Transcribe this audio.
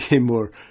more